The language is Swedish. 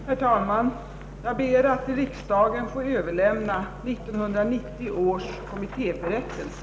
Herr talman! Jag ber att till riksdagen få överlämna 1990 års kommittéberättelse.